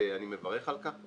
ואני מברך על כך.